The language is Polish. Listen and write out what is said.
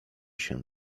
się